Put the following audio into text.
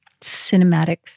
cinematic